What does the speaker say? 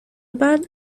بعد